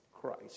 Christ